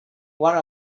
one